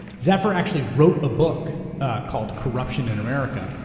zephyr actually wrote a book called, corruption in america,